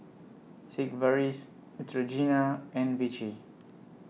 Sigvaris Neutrogena and Vichy